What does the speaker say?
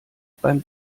beim